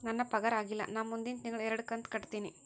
ನನ್ನ ಪಗಾರ ಆಗಿಲ್ಲ ನಾ ಮುಂದಿನ ತಿಂಗಳ ಎರಡು ಕಂತ್ ಕಟ್ಟತೇನಿ